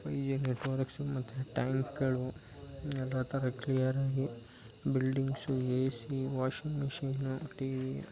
five G networks ಮತ್ತು ಟ್ಯಾಂಕುಗಳು ಎಲ್ಲ ಥರ ಕ್ಲಿಯರಾಗಿ buildings A C washing machine TV